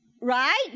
Right